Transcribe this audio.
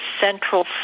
Central